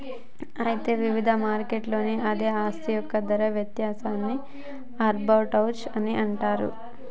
అయితే వివిధ మార్కెట్లలో అదే ఆస్తి యొక్క ధర వ్యత్యాసాన్ని ఆర్బిటౌజ్ అని అంటారు